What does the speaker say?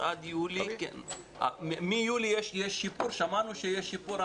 מיולי שמענו שיש שיפור.